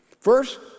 first